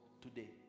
today